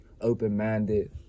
open-minded